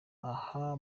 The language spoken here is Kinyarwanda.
aha